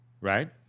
Right